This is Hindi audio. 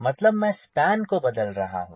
मतलब मैं स्पान को बदल रहा हूँ